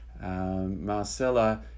Marcella